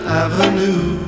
avenue